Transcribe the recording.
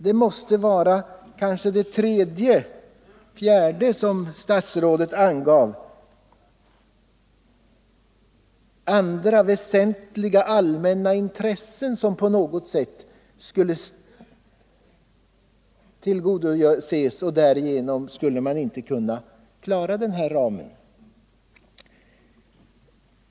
Det måste vara det fjärde motiv som statsrådet angav — ”andra väsentliga allmänna intressen” — som innebär krav som på något sätt skall tillgodoses. Skulle detta vara anledningen till att man inte kan slopa den här kvoten?